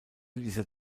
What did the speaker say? dieser